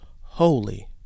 holy